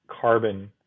carbon